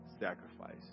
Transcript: sacrifice